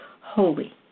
holy